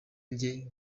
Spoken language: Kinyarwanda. njye